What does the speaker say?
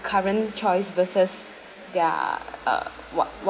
current choice versus their uh what